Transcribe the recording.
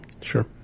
Sure